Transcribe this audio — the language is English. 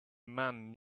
man